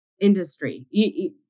industry